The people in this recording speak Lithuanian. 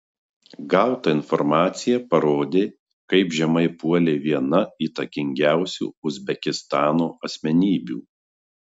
gauta informacija parodė kaip žemai puolė viena įtakingiausių uzbekistano asmenybių